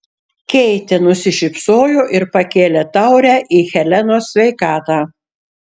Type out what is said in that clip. keitė nusišypsojo ir pakėlė taurę į helenos sveikatą